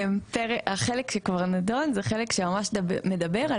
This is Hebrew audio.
החלק שנדון הוא החלק שממש מדבר על